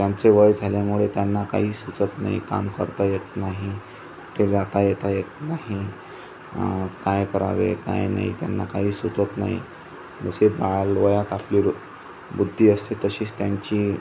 त्यांचे वय झाल्यामुळे त्यांना काही सुचत नाही काम करता येत नाही कुठे जाता येता येत नाही काय करावे काय नाही त्यांना काही सुचत नाही जसे बालवयात आपली बुद्धी असते तशीच त्यांची